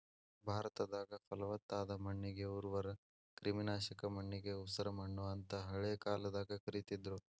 ಭಾರತದಾಗ, ಪಲವತ್ತಾದ ಮಣ್ಣಿಗೆ ಉರ್ವರ, ಕ್ರಿಮಿನಾಶಕ ಮಣ್ಣಿಗೆ ಉಸರಮಣ್ಣು ಅಂತ ಹಳೆ ಕಾಲದಾಗ ಕರೇತಿದ್ರು